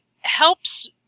helps